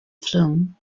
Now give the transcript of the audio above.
flung